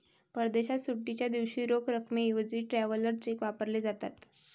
परदेशात सुट्टीच्या दिवशी रोख रकमेऐवजी ट्रॅव्हलर चेक वापरले जातात